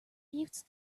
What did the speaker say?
mutes